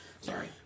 Sorry